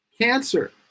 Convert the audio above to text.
cancer